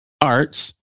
arts